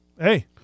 Hey